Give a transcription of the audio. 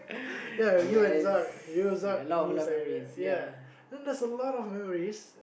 ya you and Zack you Zack me ya then that's a lot of memories